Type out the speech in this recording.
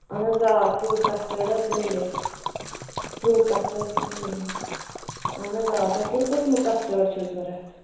اَہَن حظ آ فرٛوٗٹ کَسٹٲرڈ حظ میلہِ فرٛوٗٹ کَسٹٲرز تہِ میلہِ اَہَن حظ آ تۄہہِ کَمہِ قٕسمُک کَسٹٲرڈ چھُو ضروٗرت